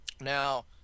now